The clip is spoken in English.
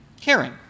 Caring